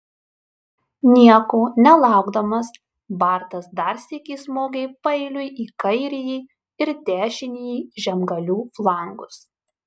nieko nelaukdamas bartas dar sykį smogė paeiliui į kairįjį ir dešinįjį žemgalių flangus